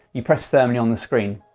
you press firmly on the screen,